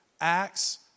Acts